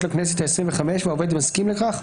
לכנסת העשרים וחמש והעובד מסכים לכך,